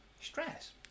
Stress